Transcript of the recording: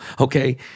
okay